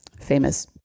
famous